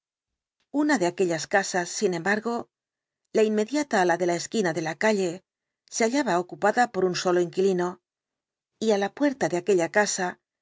una de aquellas casas sin embargo la inmediata á la de la esquina de la calle se hallaba ocupada por un solo inquilino y á la puerta de aquella